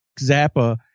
Zappa